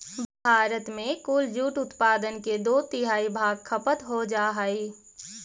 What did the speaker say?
भारत में कुल जूट उत्पादन के दो तिहाई भाग खपत हो जा हइ